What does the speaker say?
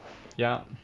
yup